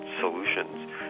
solutions